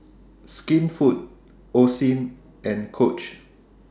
Skinfood Osim and Coach